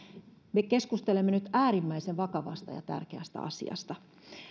me keskustelemme nyt äärimmäisen vakavasta ja tärkeästä asiasta